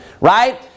right